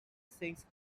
sings